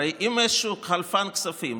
הרי אם יש איזשהו חלפן כספים,